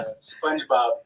spongebob